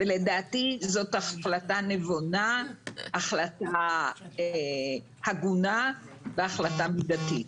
לדעתי זו החלטה נבונה, החלטה הגונה והחלטה מידתית.